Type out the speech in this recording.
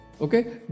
Okay